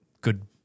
good